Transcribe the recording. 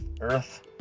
Earth